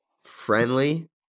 friendly